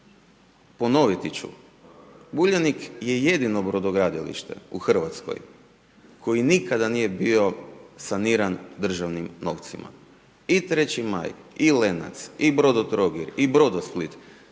ponoviti ću, Uljanik je jedino brodogradilište u Hrvatskoj koji nikada nije bio saniran državnim novcima. I treći maj i Lenac i Brodotrogir i Brodosplit,